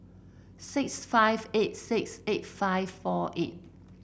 six five eight six eight five four eight